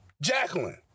Jacqueline